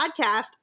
podcast